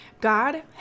God